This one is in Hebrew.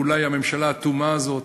ואולי הממשלה האטומה הזאת,